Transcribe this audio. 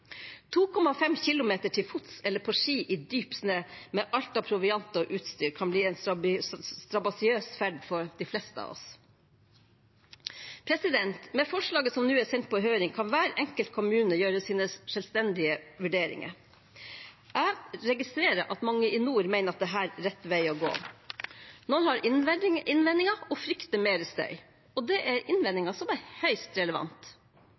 2,5 km til fots eller på ski i dyp snø, med alt av proviant og utstyr, kan bli en strabasiøs ferd for de fleste av oss. Med forslaget som nå er sendt på høring, kan hver enkelt kommune gjøre sine selvstendige vurderinger. Jeg registrerer at mange i nord mener at dette er rett vei å gå. Noen har innvendinger og frykter mer støy – og det er innvendinger som er høyst relevant.